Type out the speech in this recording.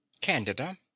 Candida